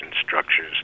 structures